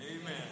Amen